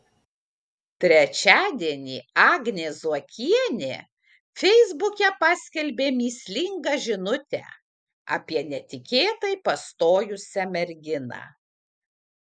trečiadienį agnė zuokienė feisbuke paskelbė mįslingą žinutę apie netikėtai pastojusią merginą